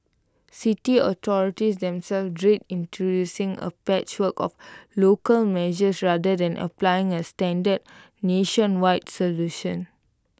city authorities themselves dread introducing A patchwork of local measures rather than applying A standard nationwide solution